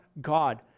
God